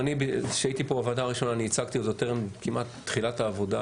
כשהייתי פה בישיבה הראשונה אני הצגתי עוד טרם תחילת העבודה,